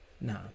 No